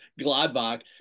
Gladbach